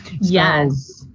Yes